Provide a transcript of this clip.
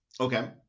Okay